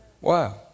Wow